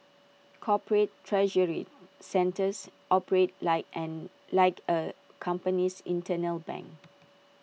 corporate treasury centres operate like an like A company's internal bank